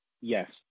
yes